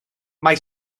mae